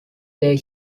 their